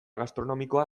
gastronomikoa